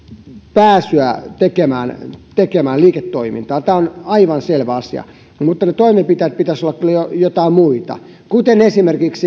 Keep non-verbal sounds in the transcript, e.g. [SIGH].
pääsyä tekemään tekemään liiketoimintaa tämä on aivan selvä asia mutta toimenpiteiden pitäisi kyllä olla joitain muita esimerkiksi [UNINTELLIGIBLE]